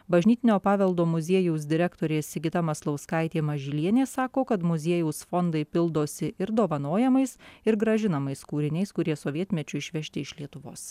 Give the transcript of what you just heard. bažnytinio paveldo muziejaus direktorė sigita maslauskaitė mažylienė sako kad muziejaus fondai pildosi ir dovanojamais ir grąžinamais kūriniais kurie sovietmečiu išvežti iš lietuvos